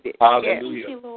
Hallelujah